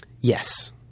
Yes